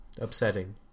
Upsetting